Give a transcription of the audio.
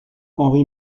henri